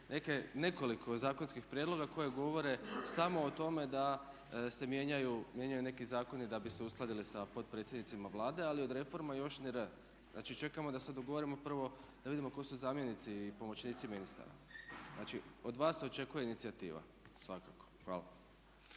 nekoliko zakonskih prijedloga koja govore samo o tome da se mijenjaju neki zakoni da bi se uskladili sa potpredsjednicima Vlade, ali od reforma još ni "r". Znači, čekamo da se dogovorimo prvo da vidimo tko su zamjenici i pomoćnici ministara. Znači, od vas se očekuje inicijativa svakako. Hvala.